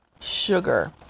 sugar